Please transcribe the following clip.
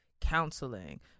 counseling